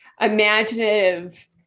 imaginative